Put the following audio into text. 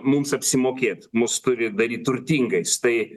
mums apsimokėt mus turi daryti turtingais tai